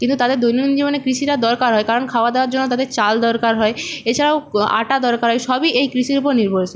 কিন্তু তাদের দৈনন্দিন জীবনে কৃষির আর দরকার হয় কারণ খাওয়া দাওয়ার জন্য তাদের চাল দরকার হয় এছাড়াও আটা দরকার হয় সবই এই কৃষির উপর নির্ভরশীল